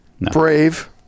Brave